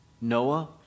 Noah